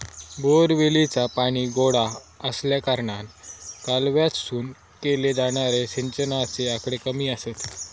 बोअरवेलीचा पाणी गोडा आसल्याकारणान कालव्यातसून केले जाणारे सिंचनाचे आकडे कमी आसत